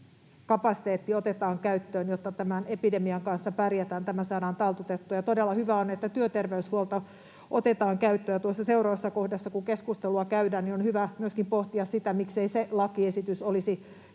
kapasiteetti otetaan käyttöön, jotta tämän epidemian kanssa pärjätään, tämä saadaan taltutettua. Ja todella hyvä on, että työterveyshuolto otetaan käyttöön. Kun tuossa seuraavassa kohdassa keskustelua käydään, niin on hyvä pohtia myöskin sitä, miksei se lakiesitys olisi